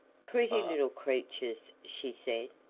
pretty little creatures, she said,